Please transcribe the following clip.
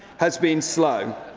has been slow.